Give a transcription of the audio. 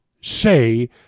say